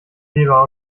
weber